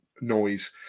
noise